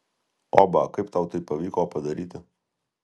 oba kaip tau tai pavyko padaryti